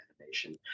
animation